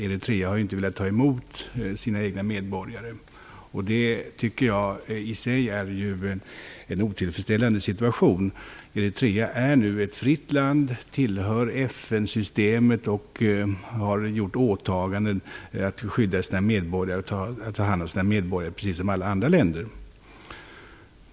Eritrea har inte velat ta emot sina egna medborgare. Jag tycker att det i sig är en otillfredsställande situation. Eritrea är nu ett fritt land, tillhör FN-systemet och har gjort åtaganden att skydda sina medborgare och ta hand om dem precis som alla andra länder.